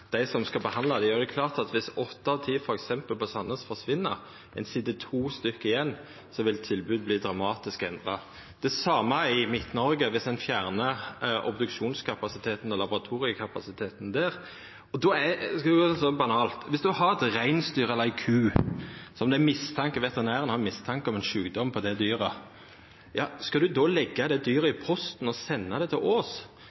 dei som skal behandla dei, og det er klart at dersom åtte av ti f.eks. på Sandnes forsvinn, og det sit to igjen, vil tilbodet verta dramatisk endra. Det same gjeld i Midt-Noreg dersom ein fjernar obduksjonskapasiteten og laboratoriekapasiteten der. Lat meg seia det så banalt: Dersom ein har eit reinsdyr eller ei ku, og veterinæren har mistanke om ein sjukdom på dyret, skal ein då leggja dyret i